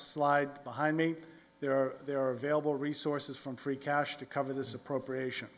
slide behind me there are there are available resources from free cash to cover this appropriation